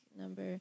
number